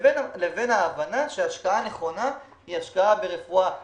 לבין ההבנה שהשקעה נכונה היא השקעה ברפואה מניעתית,